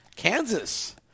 Kansas